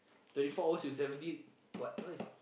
thirty four hours you seventy what that one is